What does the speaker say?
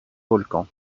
volcan